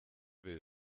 will